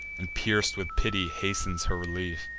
and pierc'd with pity, hastens her relief.